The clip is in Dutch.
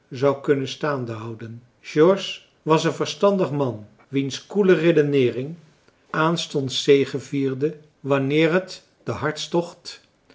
zou kunnen staande houden george was een verstandig man wiens koele redeneering aanstonds zegevierde wanneer het den hartstocht